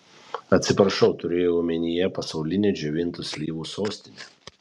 atsiprašau turėjau omenyje pasaulinę džiovintų slyvų sostinę